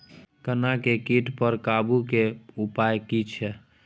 गन्ना के कीट पर काबू के उपाय की छिये?